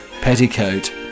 petticoat